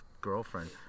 girlfriend